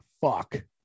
fuck